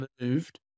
moved